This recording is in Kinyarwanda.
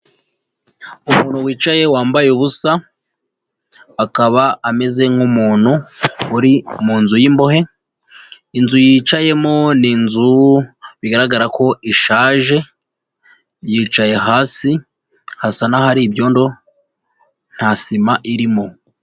Umuntu wicaye wambaye ubusa, akaba ameze nk'umuntu uri mu nzu y'imbohe, inzu yicayemo ni inzu bigaragara ko ishaje, yicaye hasi, hasa n'ahari ibyondo, nta sima irimo.